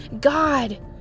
God